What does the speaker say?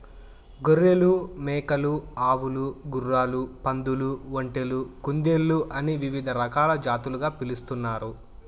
గొర్రెలు, మేకలు, ఆవులు, గుర్రాలు, పందులు, ఒంటెలు, కుందేళ్ళు అని వివిధ రకాల జాతులుగా పిలుస్తున్నారు